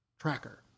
tracker